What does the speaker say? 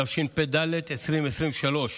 התשפ"ד 2023,